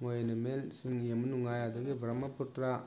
ꯃꯣꯏ ꯑꯦꯅꯤꯃꯦꯜꯁꯤꯡ ꯌꯦꯡꯕ ꯅꯨꯡꯉꯥꯏ ꯑꯗꯒꯤ ꯕ꯭ꯔꯝꯍꯄꯨꯇ꯭ꯔꯥ